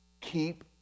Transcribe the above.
Keep